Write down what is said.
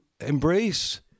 embrace